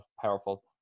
powerful